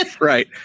Right